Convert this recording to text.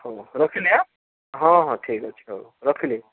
ହଉ ରଖିଲି ହଁ ହଁ ଠିକ୍ ଅଛି ହଉ ରଖିଲି